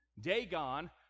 Dagon